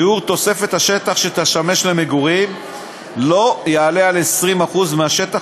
שיעור תוספת השטח שתשמש למגורים לא יעלה על 20% מהשטח